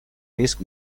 risc